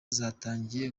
zatangiye